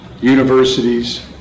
universities